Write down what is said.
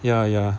ya ya